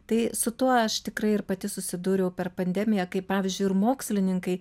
tai su tuo aš tikrai ir pati susidūriau per pandemiją kaip pavyzdžiui ir mokslininkai